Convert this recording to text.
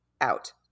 out